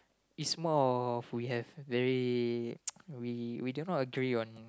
is more of we have very we we do not agree on